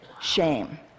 shame